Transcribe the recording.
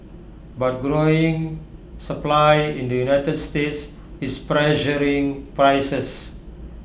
but growing supply in the united states is pressuring prices